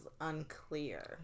unclear